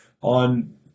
on